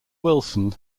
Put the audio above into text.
wilson